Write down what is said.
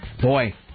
boy